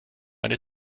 eine